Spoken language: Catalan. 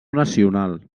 nacional